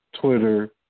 Twitter